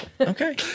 okay